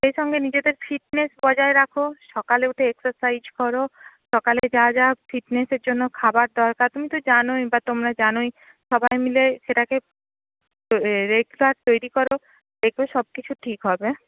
সেই সঙ্গে নিজেদের ফিটনেস বজায় রাখো সকালে উঠে এক্সারসাইজ করো সকালে যা যা ফিটনেসের জন্য খাবার দরকার তুমি তো জানোই বা তোমারা জানোই সবাই মিলে সেটাকে রেটচার্ট তৈরি করো দেখবে সবকিছু ঠিক হবে